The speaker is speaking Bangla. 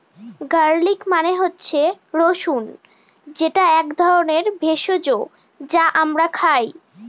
গার্লিক মানে হচ্ছে রসুন যেটা এক ধরনের ভেষজ যা আমরা খাই